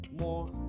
more